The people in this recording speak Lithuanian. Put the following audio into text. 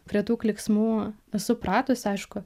prie tų klyksmų esu pratusi aišku